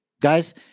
Guys